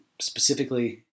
specifically